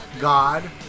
God